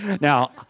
Now